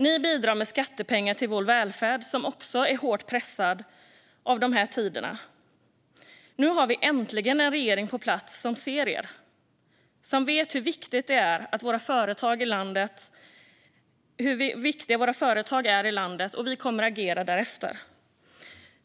Ni bidrar med skattepengar till vår välfärd, som också är hårt pressad av dessa tider. Nu har vi äntligen en regering på plats som ser er, som vet hur viktiga våra företag är i landet och som kommer att agera därefter.